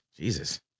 Jesus